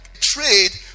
trade